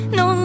no